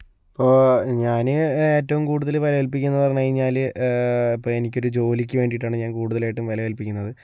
ഇപ്പോൾ ഞാൻ ഏറ്റവും കൂടുതൽ വില കല്പിക്കുന്ന പറഞ്ഞു കഴിഞ്ഞാൽ ഇപ്പോൾ എനിക്കൊരു ജോലിക്ക് വേണ്ടീട്ടാണ് കൂടുതലായിട്ടും വില കൽപ്പിക്കുന്നത്